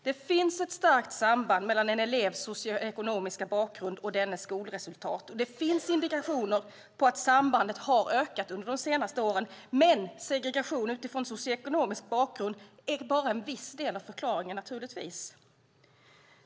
Det finns ett starkt samband mellan en elevs socioekonomiska bakgrund och dennes skolresultat, och det finns indikationer på att sambandet ökat under de senaste åren. Men segregation utifrån socioekonomisk bakgrund är naturligtvis bara en del av förklaringen.